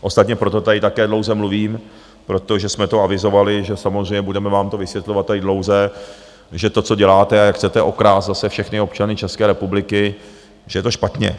Ostatně proto tady také dlouze mluvím, protože jsme to avizovali, že samozřejmě budeme vám to vysvětlovat tady dlouze, že to, co děláte a jak chcete okrást zase všechny občany České republiky, že to je špatně.